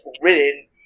written